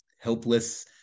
helpless